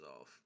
off